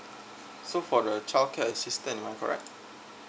so for the childcare assistance am I correct